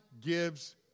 gives